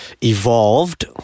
evolved